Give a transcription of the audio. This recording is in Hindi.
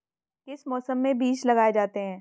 किस मौसम में बीज लगाए जाते हैं?